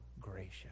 gracious